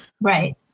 Right